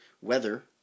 weather